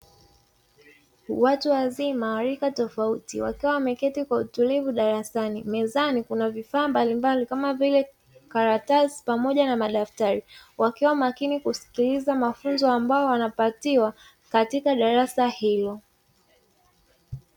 Watu wazima wa rika tofauti wakiwa wameketi kwa utulivu darasani, mezani kuna vifaa mbalimbali kama vile karatasi pamoja na madaftari, wakiwa makini kusikiliza mafunzo ambayo wanapatiwa katika darasa hilo.